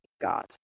God